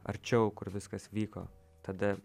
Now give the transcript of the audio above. arčiau kur viskas vyko tada